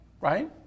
right